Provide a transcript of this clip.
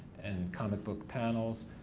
and comic book panels.